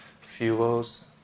fuels